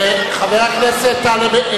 חבר הכנסת אחמד טיבי.